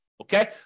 Okay